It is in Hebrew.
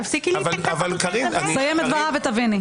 תפסיקי להיתקע --- הוא יסיים את דבריו ותביני.